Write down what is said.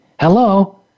Hello